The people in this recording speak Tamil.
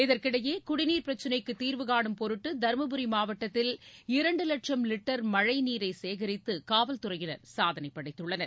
இதற்கிடையே குடிநீர் பிரச்சளைக்குதீர்வுகானும் பொருட்டுதருமபுரி மாவட்டத்தில் இரண்டுவட்சம் லிட்டர் மழைநீரைசேகரித்துகாவல்துறையினர் சாதனைப்படைத்துள்ளனர்